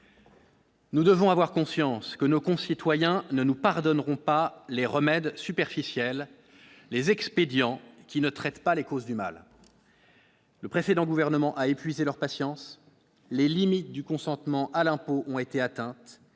Nous devons avoir conscience que nos concitoyens ne nous pardonneront pas les remèdes superficielle les expédients qui ne traitent pas les causes du mal, le précédent gouvernement a épuisé leur patience les limites du consentement à l'impôt, ont été atteints